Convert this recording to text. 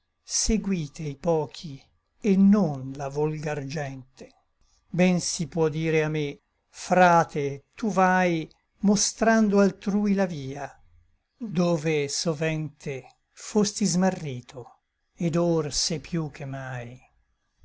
seguite i pochi et non la volgar gente ben si può dire a me frate tu vai mostrando altrui la via dove sovente fosti smarrito et or se piú che mai